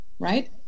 right